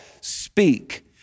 speak